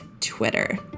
Twitter